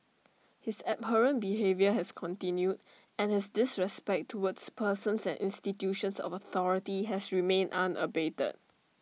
his abhorrent behaviour has continued and his disrespect towards persons and institutions of authority has remained unabated